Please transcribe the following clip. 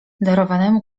darowanemu